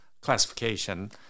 classification